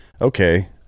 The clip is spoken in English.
Okay